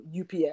UPS